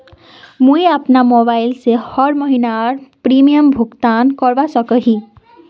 मुई अपना मोबाईल से हर महीनार प्रीमियम भुगतान करवा सकोहो ही?